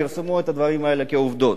פרסמו את הדברים האלה כעובדות.